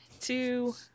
two